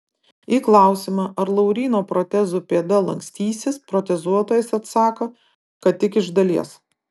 į klausimą ar lauryno protezų pėda lankstysis protezuotojas atsako kad tik iš dalies